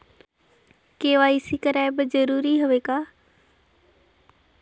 KYC कराय बर जरूरी हवे का?